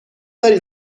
داری